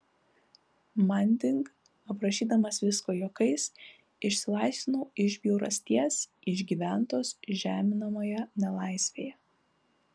manding aprašydamas viską juokais išsilaisvinau iš bjaurasties išgyventos žeminamoje nelaisvėje